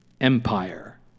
Empire